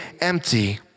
empty